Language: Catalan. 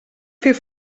fer